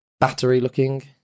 battery-looking